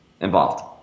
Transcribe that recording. involved